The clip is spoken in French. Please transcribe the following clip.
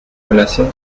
relations